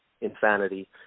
insanity